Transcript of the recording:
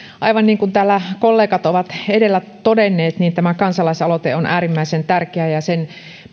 aivan niin kuin täällä kollegat ovat edellä todenneet tämä kansalaisaloite on äärimmäisen tärkeä ja sen